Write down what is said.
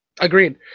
Agreed